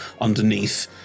underneath